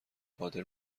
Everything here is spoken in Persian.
قادر